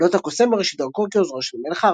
אודות הקוסם בראשית דרכו כעוזרו של המלך ארתור.